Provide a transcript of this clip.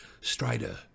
strider